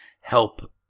help